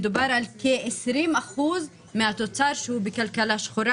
מדובר על כ-20% מהתוצר שהוא בכלכלה שחורה.